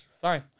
fine